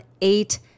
eight